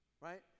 Right